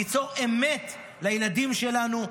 ניצור אמת לילדים שלנו.